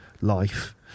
life